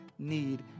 Need